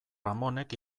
ramonek